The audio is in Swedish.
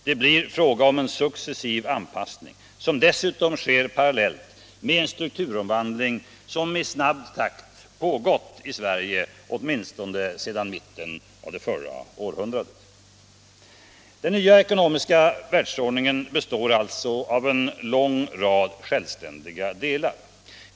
Det blir alltså fråga om en successiv anpassning —- som dessutom sker parallellt med den strukturomvandling som i snabb takt pågått i Sverige åtminstone sedan mitten av förra århundradet. Den nya ekonomiska världsordningen består av en lång rad självständiga delar.